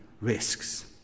risks